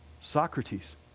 Socrates